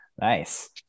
Nice